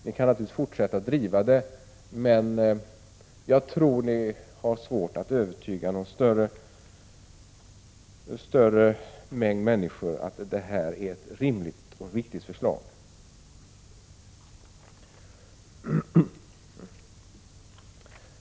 Ni kan naturligtvis fortsätta att driva det, men jag tror att ni har svårt att övertyga någon större mängd människor om att det är ett rimligt förslag.